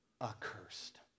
Accursed